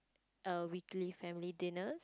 a weekly family dinners